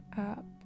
up